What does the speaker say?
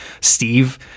Steve